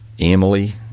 Emily